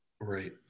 Right